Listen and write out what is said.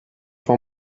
for